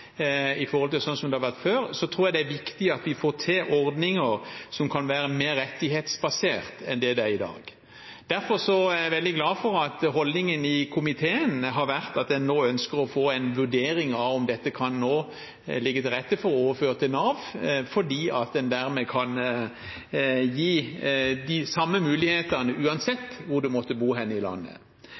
i forhold til slik det var før, så tror jeg det er viktig at vi får til ordninger som kan være mer rettighetsbasert enn det det er i dag. Derfor er jeg veldig glad for at holdningen i komiteen har vært at en nå ønsker å få en vurdering av om det nå kan ligge til rette for å overføre dette til Nav, slik at en dermed kan gi de samme mulighetene uansett hvor en måtte bo hen i landet.